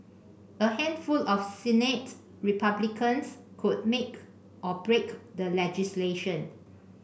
a handful of Senate Republicans could make or break the legislation